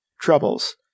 troubles